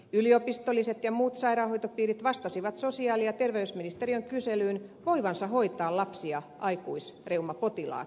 yliopistolliset ja muut sairaanhoitopiirit vastasivat sosiaali ja terveysministeriön kyselyyn voivansa hoitaa lapsi ja aikuisreumapotilaat